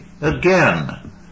Again